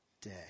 day